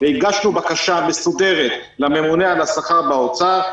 הגשנו בקשה מסודרת לממונה על השכר באוצר,